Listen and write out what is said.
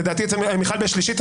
לדעתי מיכל בקריאה שלישית,